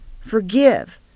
Forgive